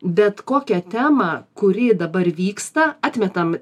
bet kokią temą kuri dabar vyksta atmetam